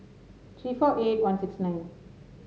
three four eight one six nine